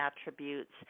attributes